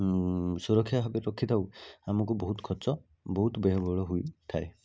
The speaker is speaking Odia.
ସୁରକ୍ଷା ଭାବରେ ରଖିଥାଉ ଆମକୁ ବହୁତ ଖର୍ଚ୍ଚ ବହୁତ ବ୍ୟୟ ବହୁଳ ହୋଇଥାଏ